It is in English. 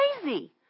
crazy